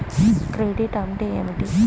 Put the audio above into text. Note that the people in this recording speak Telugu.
క్రెడిట్ అంటే ఏమిటి?